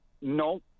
No